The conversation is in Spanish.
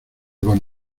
con